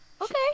okay